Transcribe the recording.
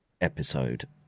episode